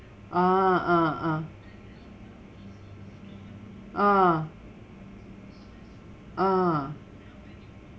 ah ah ah ah ah